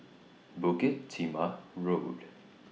Bukit Timah Road